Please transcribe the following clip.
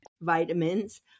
vitamins